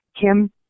Kim